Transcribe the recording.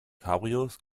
cabrios